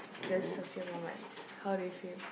just a few more months how do you feel